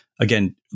Again